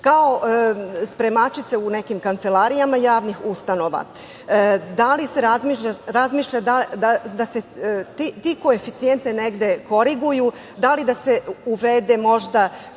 kao spremačice u nekim kancelarijama javnih ustanova. Da li se razmišlja da se ti koeficijenti negde koriguju? Da li da se uvede možda